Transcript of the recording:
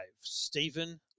Stephen